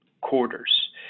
quarters